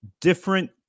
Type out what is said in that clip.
different